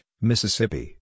Mississippi